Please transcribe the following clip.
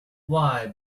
why